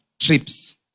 trips